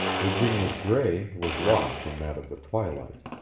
virginia's gray was lost in that of the twilight.